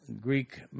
Greek